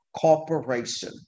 corporation